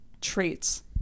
traits